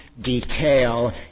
detail